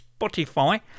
Spotify